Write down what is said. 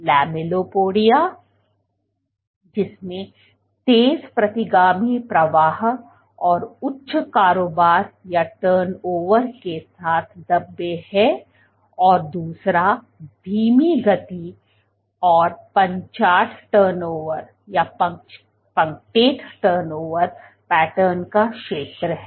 lamellipodia जिसमें तेज प्रतिगामी प्रवाह और उच्च कारोबार के साथ धब्बे हैं और दूसरा धीमी गति और पंचाट टर्नओवर पैटर्न का क्षेत्र है